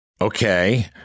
Okay